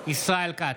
ישראל כץ,